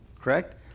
correct